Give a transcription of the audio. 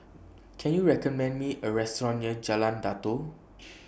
Can YOU recommend Me A Restaurant near Jalan Datoh